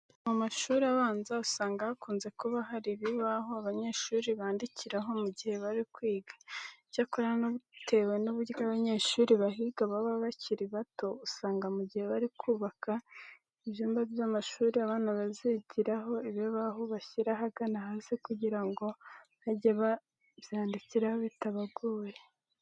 Mu mashuri abanza usanga hakunze kuba hari ibibaho abanyeshuri bandikiraho mu gihe bari kwiga. Icyakora bitewe n'uburyo abanyeshuri bahiga baba bakiri bato, usanga mu gihe bari kubaka ibyumba by'amashuri aba bana bazigiramo ibibaho babishyira ahagana hasi kugira ngo bajye babyandikiraho bitabagoye.